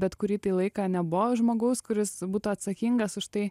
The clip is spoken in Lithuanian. bet kurį tai laiką nebuvo žmogaus kuris būtų atsakingas už tai